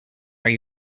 are